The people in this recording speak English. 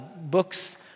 books